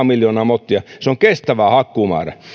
miljoonaa mottia se on kestävä hakkuumäärä